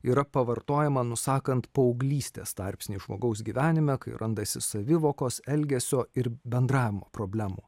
yra pavartojama nusakant paauglystės tarpsnį žmogaus gyvenime kai randasi savivokos elgesio ir bendravimo problemų